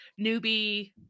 newbie